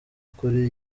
ukuri